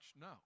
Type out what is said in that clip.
no